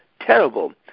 terrible